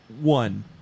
One